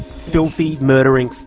filthy murdering,